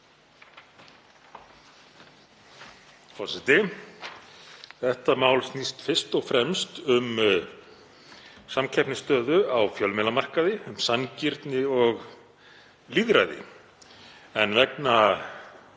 Þetta mál snýst fyrst og fremst um samkeppnisstöðu á fjölmiðlamarkaði, um sanngirni og lýðræði.